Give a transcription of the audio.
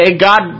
God